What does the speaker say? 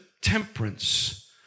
temperance